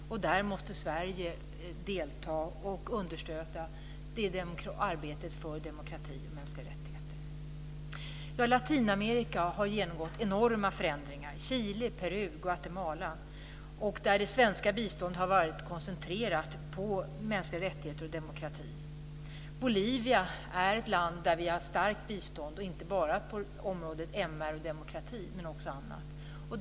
Där måste Sverige delta och understödja arbetet för demokrati och mänskliga rättigheter. Latinamerika har också genomgått enorma förändringar. I Chile, Peru och Guatemala har det svenska biståndet varit koncentrerat på mänskliga rättigheter och demokrati. Bolivia är ett land där vi har starkt bistånd - inte bara på området MR och demokrati utan också för annat.